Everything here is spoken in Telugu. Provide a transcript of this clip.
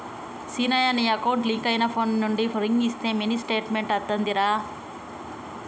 సిన్నయ నీ అకౌంట్ లింక్ అయిన ఫోన్ నుండి రింగ్ ఇస్తే మినీ స్టేట్మెంట్ అత్తాదిరా